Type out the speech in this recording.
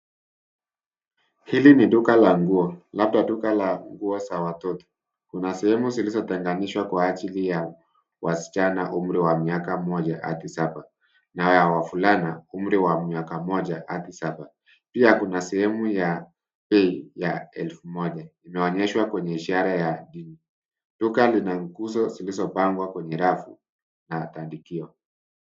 Hili ni duka la nguo, labda duka la nguo za watoto. Kuna sehemu zilizotenganishwa kwa ajili ya wasichana wa umri wa miaka moja hadi saba nayo ya wavulana umri wa miaka moja hadi saba. Pia kuna sehemu ya bei ya elfu moja imeonyeshwa kwenye ishara ya dini. Duka lina nguzo zilizopangwa kwenye rafu na tandikio.